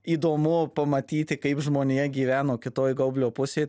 įdomu pamatyti kaip žmonija gyveno kitoj gaublio pusėj